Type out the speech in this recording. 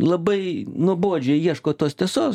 labai nuobodžiai ieško tos tiesos